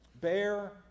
bear